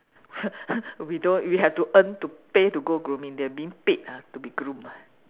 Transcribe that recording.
we don't we have to earn to pay to go grooming they are being paid ah to be groomed ah